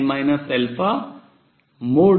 Cnn